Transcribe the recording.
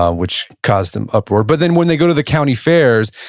um which caused an uproar. but then, when they go to the county fairs,